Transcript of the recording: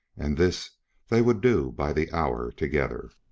and this they would do by the hour together.